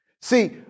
See